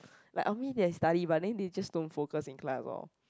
like on me they study but then they just don't focus in class orh